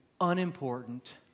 unimportant